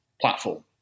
platform